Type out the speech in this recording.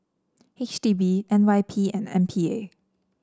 H D B N Y P and M P A